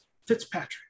Fitzpatrick